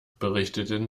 berichteten